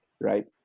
right